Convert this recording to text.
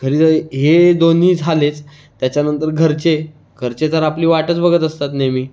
घरी जाई हे दोन्ही झालेच त्याच्यानंतर घरचे घरचे तर आपली वाटच बघत असतात नेहमी